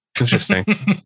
Interesting